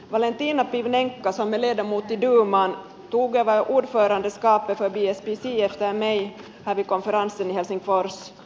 valentina pivnenko som är ledamot i duman tog över ordförandeskapet för bspc efter mig här vid konferensen i helsingfors